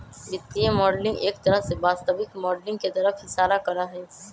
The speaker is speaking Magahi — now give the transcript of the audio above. वित्तीय मॉडलिंग एक तरह से वास्तविक माडलिंग के तरफ इशारा करा हई